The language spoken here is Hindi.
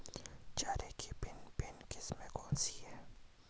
चारे की भिन्न भिन्न किस्में कौन सी हैं?